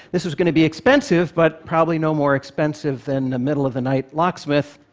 this was going to be expensive, but probably no more expensive than a middle-of-the-night locksmith,